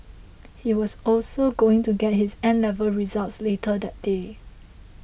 he was also going to get his N level results later that day